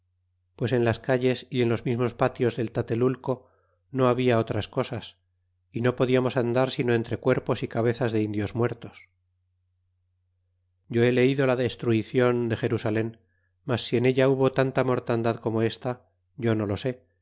pues en las calles y en los mismos patios del tatelulco no habia otras cosas y no podiamos andar sino entre cuerpos y cabezas de indios muertos yo he leido la destruicion de jerusalen mas si en ella hubo tanta mortandad corno ésta yo no lo se